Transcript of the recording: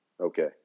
Okay